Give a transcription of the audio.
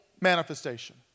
manifestation